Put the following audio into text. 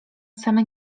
same